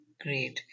great